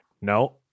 No